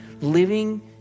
living